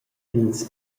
ils